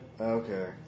Okay